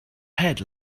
head